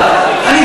לך.